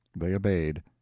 they obeyed.